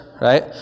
right